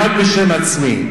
רק בשם עצמי.